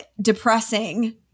depressing